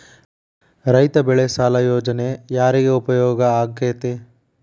ರೈತ ಬೆಳೆ ಸಾಲ ಯೋಜನೆ ಯಾರಿಗೆ ಉಪಯೋಗ ಆಕ್ಕೆತಿ?